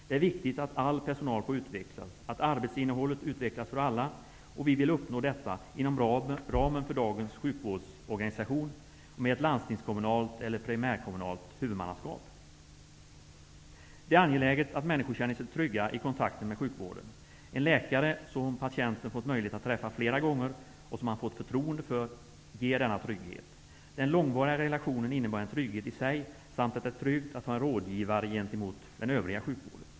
Det är viktigt att all personal får utvecklas, att arbetsinnehållet utvecklas för alla. Vi vill uppnå detta inom ramen för dagens sjukvårdsorganisation och med ett landstingskommunalt eller primärkommunalt huvudmannaskap. Det är angeläget att människor känner sig trygga i kontakten med sjukvården. En läkare som patienten fått möjlighet att träffa flera gånger och som han fått förtroende för ger denna trygghet. Den långvariga relationen innebär en trygghet i sig samt att det är tryggt att ha en rådgivare gentemot den övriga sjukvården.